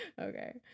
Okay